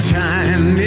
time